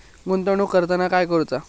गुंतवणूक करताना काय करुचा?